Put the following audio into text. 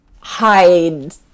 hide